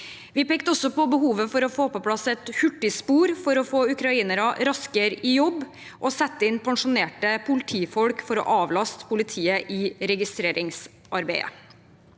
Vi pekte også på behovet for å få på plass et hurtigspor for å få ukrainere raskere i jobb og å sette inn pensjonerte politifolk for å avlaste politiet i registreringsarbeidet.